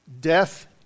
Death